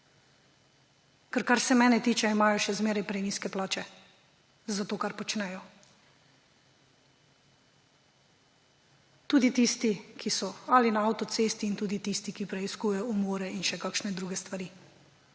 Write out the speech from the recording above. ker, kar se mene tiče, imajo še zmeraj prenizke plače za to, kar počnejo. Tudi tisti, ki so ali na avtocesti, in tudi tisti, ki preiskujejo umore in še kakšne druge stvari;